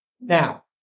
Now